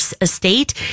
estate